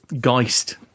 Geist